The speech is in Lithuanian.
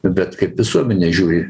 bet kaip visuomenė žiūri